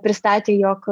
pristatė jog